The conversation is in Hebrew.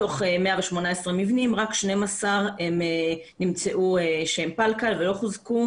מתוך 118 מבנים רק 12 נמצאו שהם פלקל ולא חוזקו.